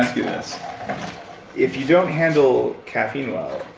you this if you don't handle caffeine well,